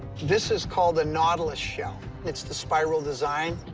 this is called a nautilus shell. it's the spiral design.